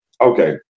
okay